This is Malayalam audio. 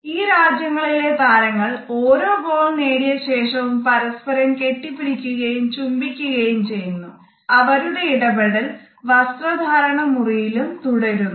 ഈ രാജ്യങ്ങളിലെ താരങ്ങൾ ഓരോ ഗോൾ നേടിയ ശേഷവും പരസ്പരം കെട്ടിപ്പിടിക്കുകയും ചുംബിക്കുകയും ചെയ്യുന്നു അവരുടെ ഇടപെടൽ വസ്ത്ര ധാരണ മുറിയിലും തുടരുന്നു